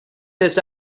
this